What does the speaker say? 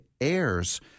heirs